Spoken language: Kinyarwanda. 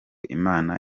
imana